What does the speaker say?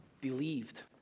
believed